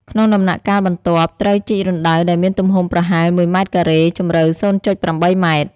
ក្នុងដំណាក់កាលបន្ទាប់ ត្រូវជីករណ្ដៅដែលមានទំហំប្រហែល ១ ម៉ែត្រការ៉េ ជម្រៅ ០.៨ ម៉ែត្រ។